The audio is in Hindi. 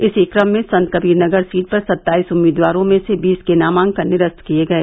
इसी क्रम में संतकबीर नगर सीट पर सत्ताईस उम्मीदवारों में से बीस के नामांकन निरस्त किये गये